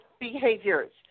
behaviors